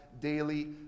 daily